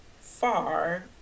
far